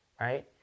right